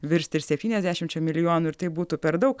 virsti ir septyniasdešimčia milijonų ir tai būtų per daug